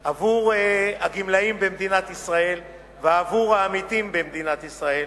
עבור הגמלאים במדינת ישראל ועבור העמיתים במדינת ישראל,